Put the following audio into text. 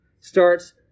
starts